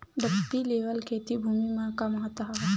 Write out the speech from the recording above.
Dumpy level का खेती भुमि म का महत्व हावे?